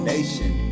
Nation